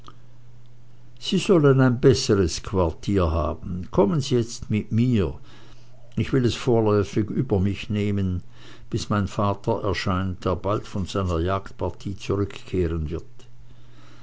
sie sollen ein besseres quartier haben kommen sie jetzt mit mir ich will es vorläufig über mich nehmen bis mein vater erscheint der bald von seiner jagdpartie zurückkehren wird